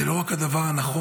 זה לא רק הדבר הנכון